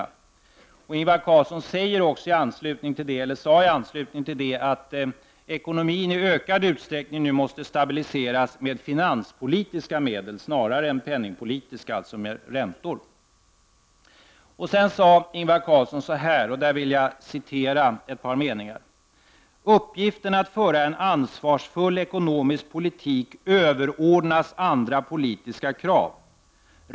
Ingvar Carlsson sade också i anslutning till detta att ekonomin i ökad utsträckning måste stabiliseras med finanspolitiska medel snarare än med penningpolitiska medel, dvs. räntor. Ingvar Carlsson sade vidare följande. Uppgiften att föra en ansvarsfull ekonomisk politik överordnas andra politiska krav.